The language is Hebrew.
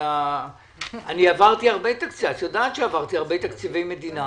את יודעת שעברתי הרבה תקציבי מדינה.